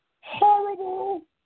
horrible